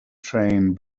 train